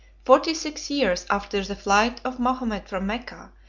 forty-six years after the flight of mahomet from mecca,